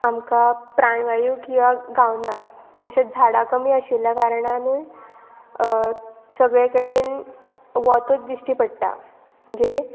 आमकां प्राणवायूक यो गावनात तशेंच झाडां कमी आशिल्ल्या कारणानूय सगळे कडेन वतूच दिश्टी पडटा म्हणजे